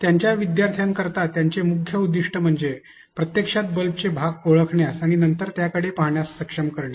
त्यांच्या विद्यार्थ्यांकरिता त्यांचे मुख्य उद्दीष्ट म्हणजे प्रत्यक्षात बल्बचे भाग ओळखण्यास आणि नंतर त्याकडे पाहण्यास सक्षम करणे